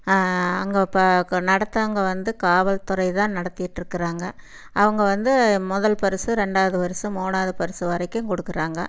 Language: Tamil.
அங்கே இப்போ க நடத்தறவங்க வந்து காவல்துறை தான் நடத்தியிட்டிருக்குறாங்க அவங்க வந்து முதல் பரிசு ரெண்டாவது பரிசு மூணாவது பரிசு வரைக்கும் கொடுக்கறாங்க